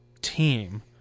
team